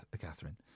Catherine